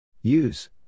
Use